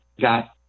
got